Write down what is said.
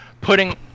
putting